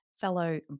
fellow